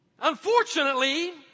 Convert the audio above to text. Unfortunately